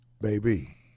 baby